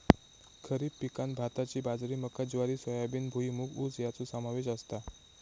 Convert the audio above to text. खरीप पिकांत भाताची बाजरी मका ज्वारी सोयाबीन भुईमूग ऊस याचो समावेश असता